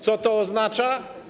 Co to oznacza?